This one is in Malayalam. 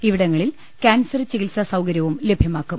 ഇവിടങ്ങ ളിൽ ക്യാൻസർ ചികിത്സാ സൌകര്യവും ലഭ്യമാക്കും